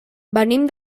venim